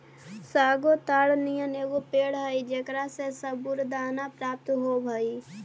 sago ताड़ नियन एगो पेड़ हई जेकरा से सबूरदाना प्राप्त होब हई